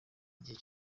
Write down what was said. igihe